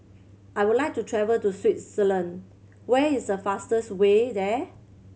I would like to travel to Swaziland where is a fastest way there